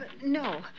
No